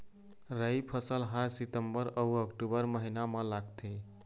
राई फसल हा सितंबर अऊ अक्टूबर महीना मा लगथे